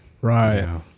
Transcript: right